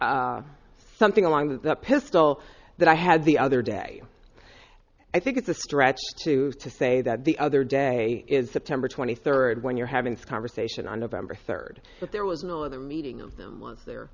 something along the pistol that i had the other day i think it's a stretch to to say that the other day in september twenty third when you're having this conversation on november third that there was another meeting and no one there